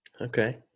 Okay